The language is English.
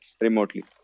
remotely